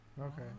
Okay